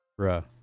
Bruh